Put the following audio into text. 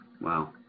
wow